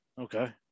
Okay